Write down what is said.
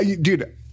Dude